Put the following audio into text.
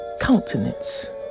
countenance